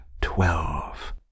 twelve